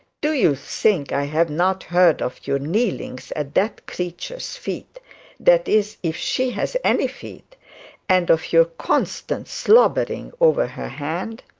do you think i have not heard of your kneelings at that creature's feet that is if she has any feet and of your constant slobbering over her hand?